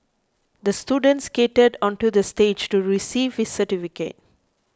the student skated onto the stage to receive his certificate